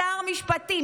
שר המשפטים,